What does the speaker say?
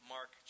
Mark